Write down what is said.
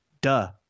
Duh